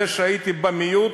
זה שהייתי במיעוט,